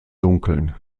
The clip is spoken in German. dunkeln